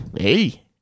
Hey